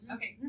Okay